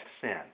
sin